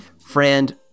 Friend